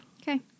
Okay